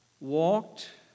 walked